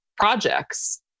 projects